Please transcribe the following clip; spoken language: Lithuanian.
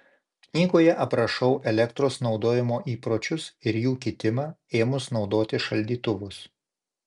knygoje aprašau elektros naudojimo įpročius ir jų kitimą ėmus naudoti šaldytuvus